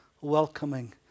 welcoming